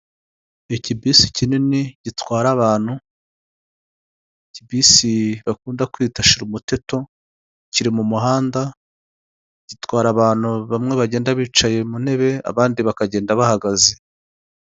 Imodoka y’umweru iri mu muhanda wumukara ifite amapine y'umukara, iri mu mabara yu'mweru ndetse harimo n'mabara y'umuhondo, iruhande rwayo hari ipikipiki itwaye umuntu umwe wambaye agakote k'umuhondo ndetse n'ubururu, ipantaro y'umweru ndetse numupira w'umweru n'undi wambaye umupira wumukara ipantaro y'umuhondo werurutse n'ingofero y'ubururu ahetse n'igikapu cy'umukara.